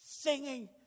singing